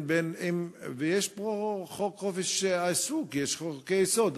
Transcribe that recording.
יש פה חוק חופש העיסוק, יש חוקי-יסוד.